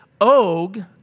Og